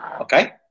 okay